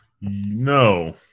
no